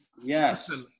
Yes